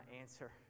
answer